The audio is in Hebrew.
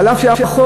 אף שהחוק,